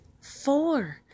four